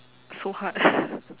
so hard